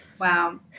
wow